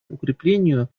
укреплению